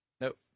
Nope